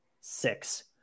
six